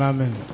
Amen